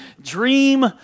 dream